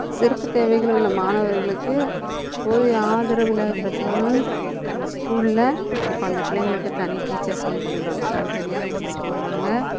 சிறப்பு தேவைகள் உள்ள மாணவர்களுக்கு போதிய ஆதரவு இல்லாத பிரச்சனையால் ஸ்கூலில் இப்போ அந்த பிள்ளைங்களுக்கு தனி டீச்சர்ஸ்னும் போட்டுக்கிறாங்க தனி தனி டீச்சர்ஸ் போடுகிறாங்க